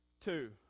Two